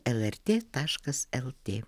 lrt taškas lt